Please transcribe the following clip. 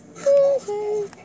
Okay